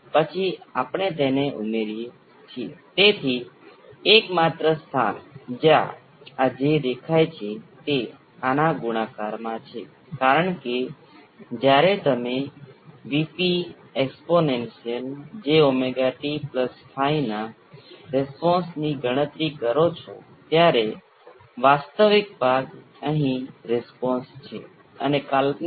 હવે તે બરાબર એ જ વસ્તુ જમણી બાજુના સર્કિટમાં થાય છે જો R એ અનંત છે જો R અનંત છે તો આ એક ઓપન સર્કિટ છે તમારી પાસે ફક્ત L અને C એકબીજા સાથે સમાંતરમાં છે અને દાખલા તરીકે ઇન્ડક્ટર પર પ્રારંભિક ઊર્જા ક્યારેય ગુમાવાશે નહીં અને તે ઇન્ડક્ટર અને કેપેસિટર વચ્ચે પાછું ઉછળશે